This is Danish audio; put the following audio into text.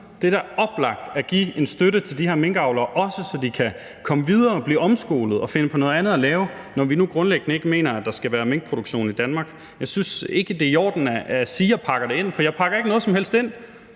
Det er da oplagt at give en støtte til de her minkavlere, også så de kan komme videre, blive omskolet og finde på noget andet at lave, når vi nu grundlæggende ikke mener, at der skal være minkproduktion i Danmark. Jeg synes ikke, det er i orden at sige, at jeg pakker det ind, for jeg pakker ikke noget som helst ind.